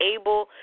able